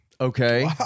okay